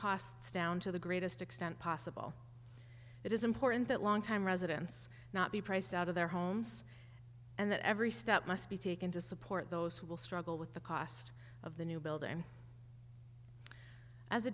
costs down to the greatest extent possible it is important that longtime residents not be priced out of their homes and that every step must be taken to support those who will struggle with the cost of the new building as a